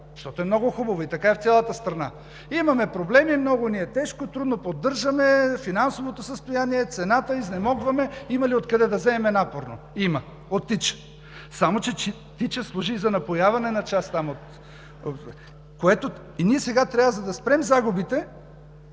защото е много хубаво и така е в цялата страна. Имаме проблеми, много ни е тежко, трудно поддържаме финансовото състояние, цената, изнемогваме. Има ли откъде да вземем напорно? Има – от „Тича“. Само че „Тича“ служи и за напояване. И ние сега какво трябва, за да спрем загубите?